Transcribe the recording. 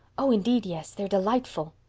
oh, indeed, yes. they are delightful.